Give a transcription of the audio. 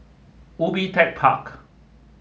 Ubi Tech Park